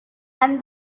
and